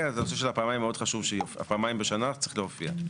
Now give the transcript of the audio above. מאוד חשוב שהנושא של פעמיים בשנה יופיע.